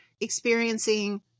experiencing